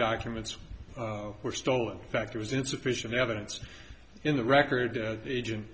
documents were stolen fact was insufficient evidence in the record agent